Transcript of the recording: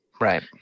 Right